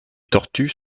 tortues